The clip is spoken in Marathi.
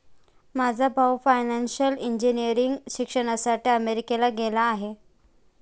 माझा भाऊ फायनान्शियल इंजिनिअरिंगच्या शिक्षणासाठी अमेरिकेला गेला आहे